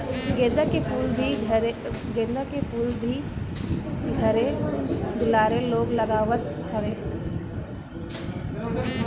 गेंदा के फूल भी घरे दुआरे लोग लगावत हवे